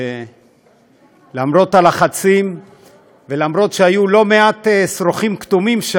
שלמרות הלחצים וגם אם היו לא מעט שרוכים כתומים,